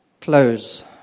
close